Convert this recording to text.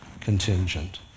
contingent